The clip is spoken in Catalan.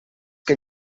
que